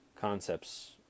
concepts